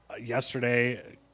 yesterday